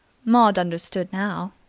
maud understood now,